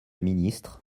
ministre